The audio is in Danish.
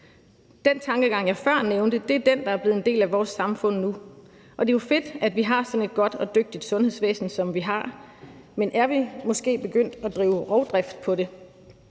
Den tankegang, jeg før nævnte, er den, der er blevet en del af vores samfund nu. Og det er jo fedt, at vi har sådan et godt og dygtigt sundhedsvæsen, som vi har, men er vi måske begyndt at drive rovdrift på det?